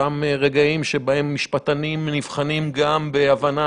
אלה אותם רגעים שבהם משפטנים נבחנים גם בהבנה